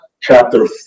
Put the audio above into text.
chapter